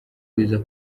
biza